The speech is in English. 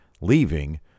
leaving